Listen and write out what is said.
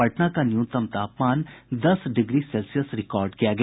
पटना का न्यूनतम तापमान दस डिग्री सेल्सियस रिकार्ड किया गया